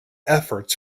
efforts